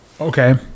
Okay